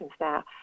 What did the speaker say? now